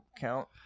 count